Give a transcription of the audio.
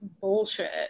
bullshit